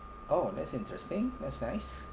oh that's interesting that's nice